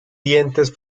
dientes